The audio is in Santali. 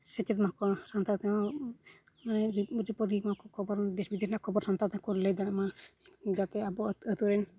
ᱥᱮᱪᱮᱫ ᱢᱟᱠᱚ ᱥᱟᱱᱛᱟᱲ ᱛᱮᱦᱚᱸ ᱢᱟᱱᱮ ᱨᱤᱯᱳᱴᱤᱝ ᱢᱟᱠᱚ ᱠᱷᱚᱵᱚᱨ ᱫᱮᱥᱼᱵᱤᱫᱮᱥ ᱨᱮᱱᱟᱜ ᱠᱷᱚᱵᱚᱨ ᱥᱟᱱᱛᱟᱲ ᱛᱮᱠᱚ ᱞᱟᱹᱭ ᱫᱟᱲᱮᱭᱟᱜᱢᱟ ᱡᱟᱛᱮ ᱟᱵᱚ ᱟᱹᱛᱩ ᱨᱮᱱ